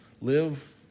live